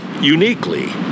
uniquely